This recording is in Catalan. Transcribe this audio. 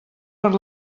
per